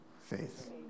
faith